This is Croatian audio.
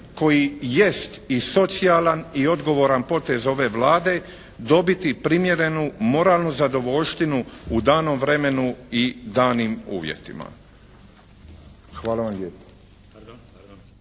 koji jest i socijalan i odgovoran potez ove Vlade dobiti primjerenu moralnu zadovoljštinu u danom vremenu i danim uvjetima.